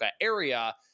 area